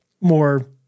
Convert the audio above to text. more